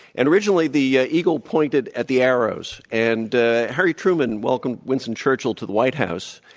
and originally, the ah eagle pointed at the arrows. and harry truman welcomed winston churchill to the white house.